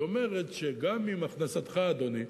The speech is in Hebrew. היא אומרת שגם אם הכנסתך, אדוני,